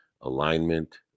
alignment